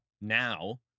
now